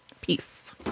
peace